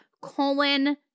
colon